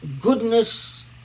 goodness